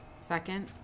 Second